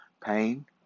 pain